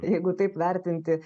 jeigu taip vertinti